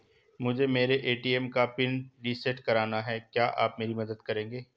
मुझे मेरे ए.टी.एम का पिन रीसेट कराना है क्या आप मेरी मदद करेंगे?